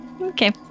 Okay